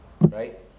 right